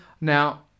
now